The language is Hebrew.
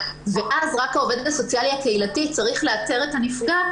ואז רק העובד הסוציאלי הקהילתי צריך לאתר את הנפגע.